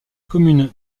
commune